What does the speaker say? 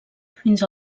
fins